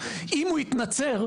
אם הוא התנצר,